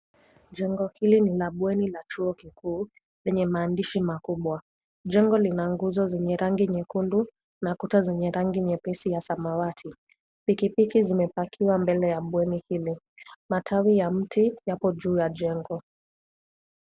Jengo hili ni la bweni la chuo kikuu, lenye maandishi makubwa. Jengo lina nguzo zenye rangi nyekundu, na kuta zenye rangi nyepesi ya samawati. Pikipiki zimepakiwa mbele ya bweni hili . Matawi ya mti yapo juu ya jengo.